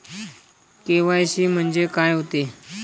KYC म्हंनजे का होते?